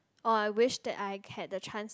orh I wish that I had the chance